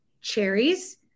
cherries